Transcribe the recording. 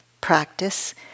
practice